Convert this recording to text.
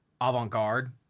avant-garde